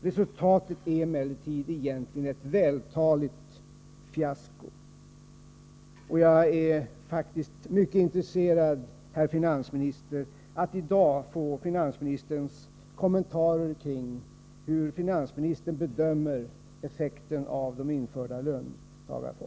Resultatet är emellertid egentligen ett vältaligt fiasko. Jag är faktiskt mycket intresse Vidlemisav rad, herr finansminister, av att i dag få veta hur finansministern bedömer kompletteringsproeffekten av de införda löntagarfonderna.